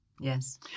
Yes